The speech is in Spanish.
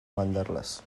mandarlas